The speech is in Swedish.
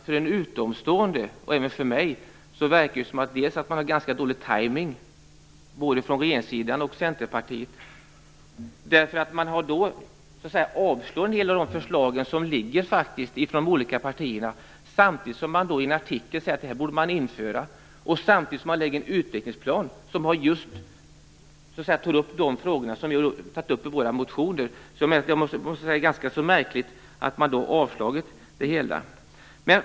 För en utomstående, och även för mig, verkar det som att man har ganska dålig tajmning, både från regeringssidan och från Centerpartiet. Man avslår en del av förslagen från de olika partierna samtidigt som man i en artikel säger att man borde införa just detta och lägger fram en utvecklingsplan som tar upp samma frågor som vi har tagit upp i våra motioner. Det är ganska märkligt att man då har avslagit motionerna.